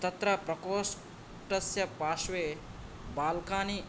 तत्र प्रकोष्टस्य पार्श्वे बाल्कानि